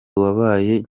wabaye